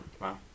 Wow